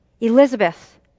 Elizabeth